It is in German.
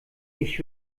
ich